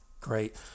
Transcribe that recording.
Great